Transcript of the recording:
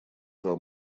два